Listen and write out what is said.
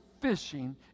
fishing